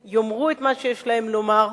הן יאמרו את מה שיש להן לומר.